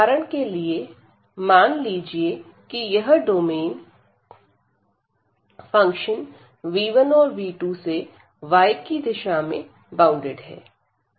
उदाहरण के लिए मान लीजिए कि यह डोमेन फंक्शन v1 और v2 से y की दिशा में बाउंडेड है